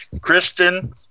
Kristen